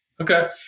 Okay